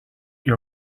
your